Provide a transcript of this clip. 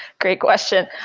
great question.